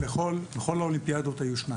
בכל האולימפיאדות היו שניים.